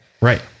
right